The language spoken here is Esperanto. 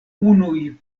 unuj